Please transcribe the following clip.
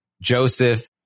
Joseph